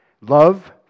love